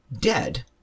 dead